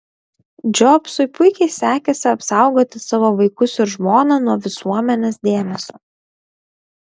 džobsui puikiai sekėsi apsaugoti savo vaikus ir žmoną nuo visuomenės dėmesio